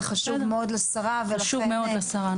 חשוב מאוד לשרה ולכן --- חשוב מאוד לשרה,